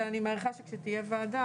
אני מעריכה שכשתהיה וועדה,